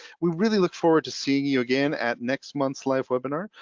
we really look forward to seeing you again at next month's live webinar.